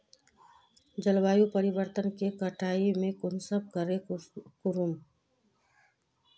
जलवायु परिवर्तन के कटाई में कुंसम करे करूम?